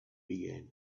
began